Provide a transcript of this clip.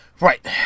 Right